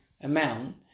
amount